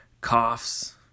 coughs